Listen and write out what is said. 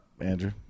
Andrew